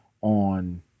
on